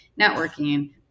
networking